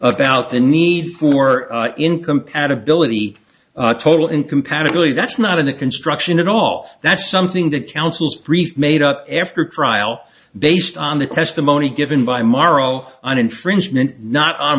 about the need for in compatibility total in compatibility that's not in the construction at all that's something that councils brief made up after a trial based on the testimony given by morrow on infringement not on